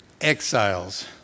exiles